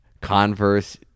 Converse